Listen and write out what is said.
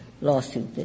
lawsuit